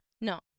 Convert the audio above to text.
No